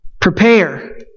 Prepare